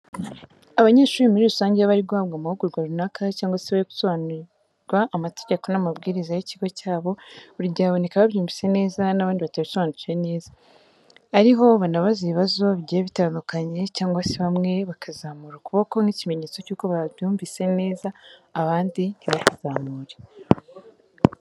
Abanyeshuri muri rusange iyo bari guhabwa amahugurwa runaka cyangwa se bari gusobanurirwa amategeko n'amabwiriza y'ikigo cyabo, buri gihe haboneka ababyumvise neza n'abandi batabisobanukiwe neza, ariho banabaza ibibazo bigiye bitandukanye cyangwa se bamwe bakazamura ukuboko nk'ikimenyetso cy'uko babyumvise neza abandi ntibakuzamure.